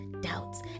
doubts